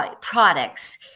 products